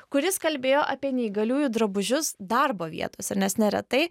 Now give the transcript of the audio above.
kuris kalbėjo apie neįgaliųjų drabužius darbo vietose nes neretai